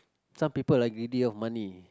some people like greedy of money